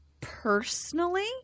personally